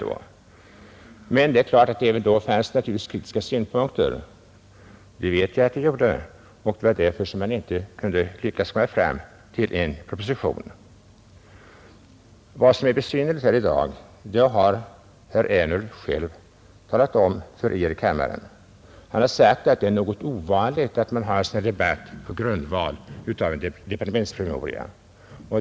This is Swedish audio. Det är klart att det även då fanns kritiska synpunkter — det vet vi — och det var därför som man inte lyckades komma fram till en proposition. Vad som är besynnerligt här i dag har herr Ernulf själv talat om för er i kammaren. Han har sagt att det är något ovanligt att man har en sådan här debatt på grundval av en departementspromemoria.